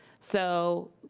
so,